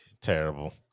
terrible